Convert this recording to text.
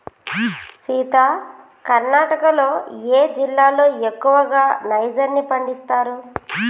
సీత కర్ణాటకలో ఏ జిల్లాలో ఎక్కువగా నైజర్ ని పండిస్తారు